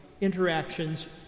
interactions